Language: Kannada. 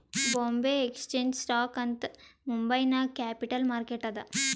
ಬೊಂಬೆ ಎಕ್ಸ್ಚೇಂಜ್ ಸ್ಟಾಕ್ ಅಂತ್ ಮುಂಬೈ ನಾಗ್ ಕ್ಯಾಪಿಟಲ್ ಮಾರ್ಕೆಟ್ ಅದಾ